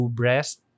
breast